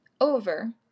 over